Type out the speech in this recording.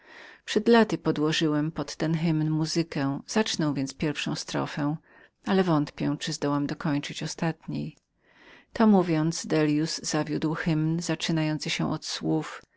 przed laty podłożyłem był hymn ten pod muzykę zacznę więc pierwszą strofę ale wątpię abym mógł dokończyć ostatniej to mówiąc dellius zawiódł hymn zaczynający się od słów